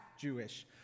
Jewish